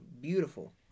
Beautiful